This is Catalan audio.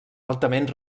altament